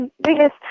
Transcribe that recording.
biggest